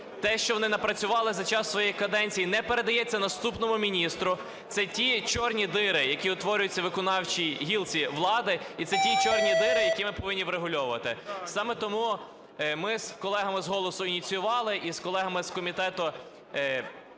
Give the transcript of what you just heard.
те, що вони напрацювали за час своєї каденції, не передається наступному міністру – це ті чорні діри, які утворюються у виконавчій гілці влади, і це ті чорні діри, які ми повинні врегульовувати. Саме тому ми з колегами з "Голосу" ініціювали і з колегами з комітету